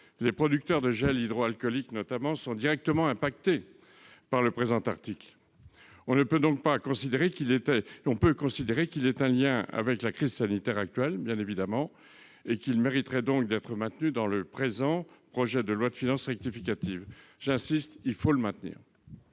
les producteurs de gel hydroalcoolique, notamment, sont directement impactés par le présent article. On peut donc évidemment considérer qu'il a un lien avec la crise sanitaire actuelle et qu'il mérite d'être maintenu dans le présent projet de loi de finances rectificative. J'y insiste, il faut le maintenir.